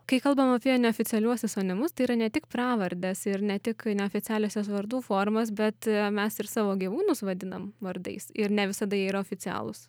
kai kalbam apie neoficialiuosius onimus tai yra ne tik pravardės ir ne tik neoficialiosios vardų formos bet mes ir savo gyvūnus vadinam vardais ir ne visada jie yra oficialūs